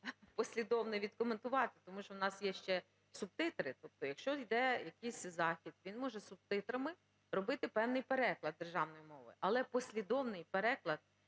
"послідовний"відкоментувати, тому що у нас є ще субтитри. Тобто якщо йде якийсь захід, він може субтитрами робити певний переклад державною мовою, але послідовний переклад